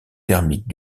thermique